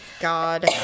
God